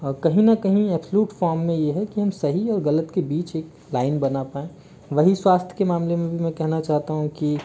कही ना कही एक्सकलूड फॉर्म में यह है कि सही और गलत के बीच एक लाइन बना पाए वही स्वास्थ्य के मामले में भी कहना चाहता हूँ कि